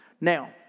Now